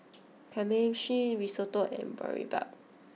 Kamameshi Risotto and Boribap